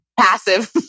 Passive